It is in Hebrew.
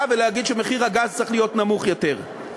ולהגיד שמחיר הגז צריך להיות נמוך יותר.